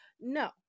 No